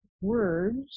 words